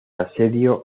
asedio